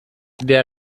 der